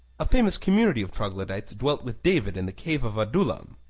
a famous community of troglodytes dwelt with david in the cave of adullam.